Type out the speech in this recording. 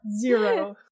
Zero